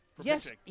Yes